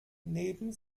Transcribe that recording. neben